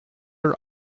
are